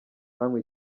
banywa